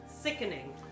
sickening